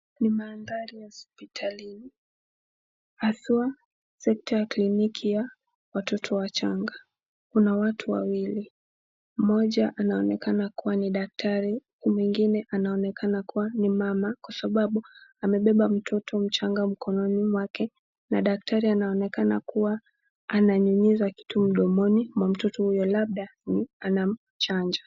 Ni mandhari ya hospitalini, haswa sekta ya kliniki ya watoto wachanga. Kuna watu wawili, mmoja anaonekana kuwa ni daktari, mwingine anaonekana kuwa ni mama kwa sababu amebeba mtoto mchanga mkononi mwake. Na daktari anaonekana kuwa ananyunyiza kitu mdomoni mwa mtoto huyo, labda anamchanja.